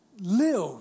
Live